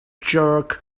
jerk